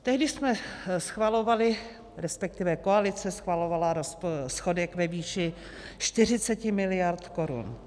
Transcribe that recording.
Tehdy jsme schvalovali, resp. koalice schvalovala schodek ve výši 40 mld. korun.